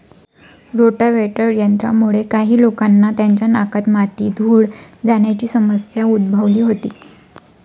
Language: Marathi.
रोटाव्हेटर यंत्रामुळे काही लोकांना त्यांच्या नाकात माती, धूळ जाण्याची समस्या उद्भवली होती